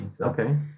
okay